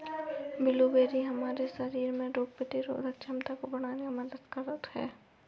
blueberry हमारे शरीर में रोग प्रतिरोधक क्षमता को बढ़ाने में मददगार है